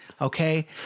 okay